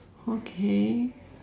okay